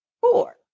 four